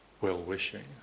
well-wishing